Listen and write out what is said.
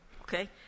okay